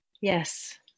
Yes